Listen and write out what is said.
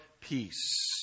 peace